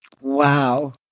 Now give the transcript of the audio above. Wow